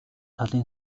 талын